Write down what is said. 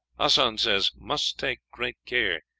hassan says must take great care.